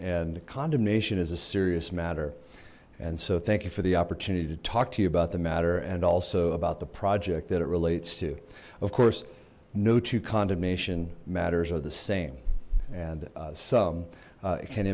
and condemnation is a serious matter and so thank you for the opportunity to talk to you about the matter and also about the project that it relates to of course no to condemnation matters are the same and some